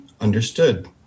Understood